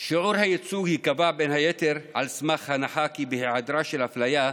שיעור הייצוג ייקבע בין היתר על סמך ההנחה כי בהיעדר אפליה,